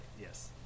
yes